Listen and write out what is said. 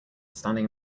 standing